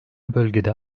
bölgede